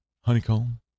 Honeycomb